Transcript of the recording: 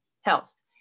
Health